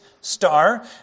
star